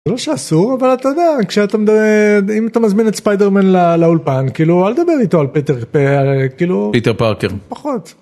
לא שאסור אבל אתה יודע כשאתה... אם אתה מזמין את ספיידרמן לאולפן כאילו אל תדבר איתו על פטר... פיטר פארקר. פחות.